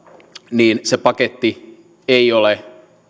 niin se paketti ei ole